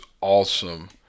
awesome